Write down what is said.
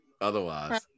Otherwise